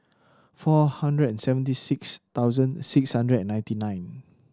four hundred and seventy six thousand six hundred and ninety nine